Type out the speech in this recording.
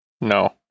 No